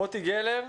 מוטי גלר,